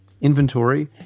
inventory